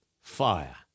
fire